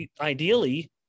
ideally